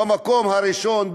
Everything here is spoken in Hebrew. ובמקום הראשון,